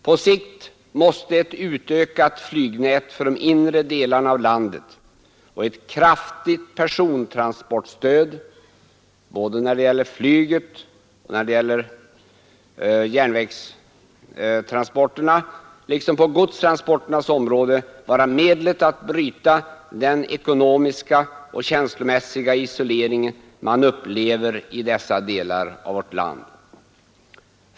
På sikt måste ett utökat flygnät för de inre delarna av landet och ett kraftigt persontransportstöd, inte bara när det gäller flyget och persontransporterna på järnväg utan också när det gäller godstransporterna, vara medlet att bryta den ekonomiska och känslomässiga isolering man upplever i dessa delar av vårt land.